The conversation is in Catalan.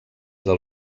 del